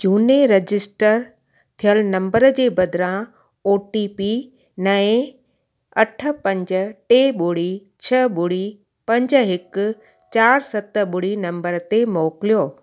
झूने रजिस्टर थियल नंबर जे बदिरां ओ टी पी नए अठ पंज टे ॿुड़ी छह ॿुड़ी पंज हिकु चारि सत ॿुड़ी नंबर ते मोकिलियो